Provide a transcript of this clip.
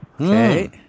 Okay